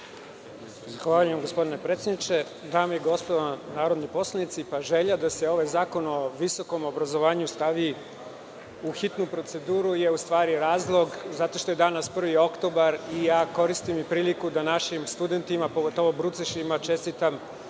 Zahvaljujem gospodine predsedniče. Dame i gospodo narodni poslanici, želja da se ovaj zakon o visokom obrazovanju stavi u hitnu proceduru je u stvari razlog zato što je danas 1. oktobar i koristim priliku kuda našim studentima, pogotovo brucošima čestitam